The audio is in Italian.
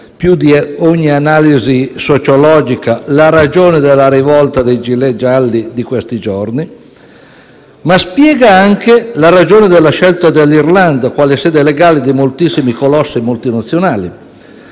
più di ogni analisi sociologica, la ragione della rivolta dei cosiddetti *gilet* gialli di questi giorni, ma anche la ragione della scelta dell'Irlanda quale sede legale di moltissimi colossi multinazionali.